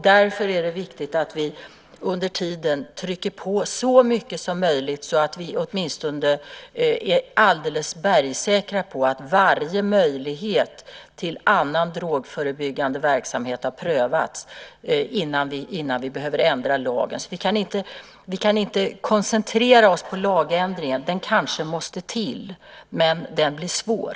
Därför är det viktigt att vi under tiden trycker på så mycket som möjligt att vi åtminstone är alldeles bergsäkra på att varje möjlighet till annan drogförebyggande verksamhet har prövats innan vi behöver ändra lagen. Vi kan inte koncentrera oss på lagändringen. Den kanske måste till. Men den blir svår.